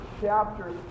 chapter